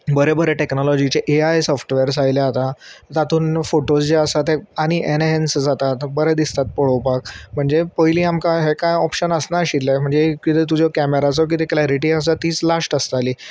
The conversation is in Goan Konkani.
बरे बरे टॅक्नोलॉजीचे ए आय सॉफ्टवॅर्स आयले आतां तातूंत फोटोज जे आसा ते आनी एनहेन्स जातात बरें दिसतात पळोवपाक म्हणजे पयलीं आमकां हें कांय ऑप्शन आसनाशिल्लें म्हणजे कितें तुजो कॅमेराचो किदं क्लॅरिटी आसा तीच लास्ट आसताली